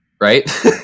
right